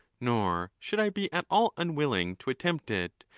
nor should i be at all unwilling to attempt it,